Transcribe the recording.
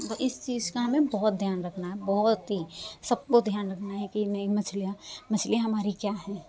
तो इस चीज़ का हमें बहोत ध्यान रखना है बहोत ही सबको ध्यान रखना है कि नहीं मछलियां मछलियां हमारी क्या हैं